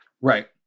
Right